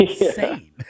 insane